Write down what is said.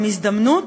הם הזדמנות,